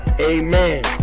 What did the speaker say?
amen